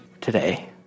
today